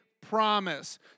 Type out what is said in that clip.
promise